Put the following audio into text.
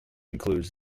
includes